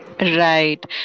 Right